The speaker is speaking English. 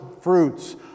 fruits